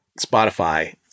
Spotify